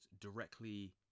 directly